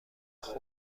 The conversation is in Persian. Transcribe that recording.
خرد